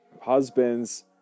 husband's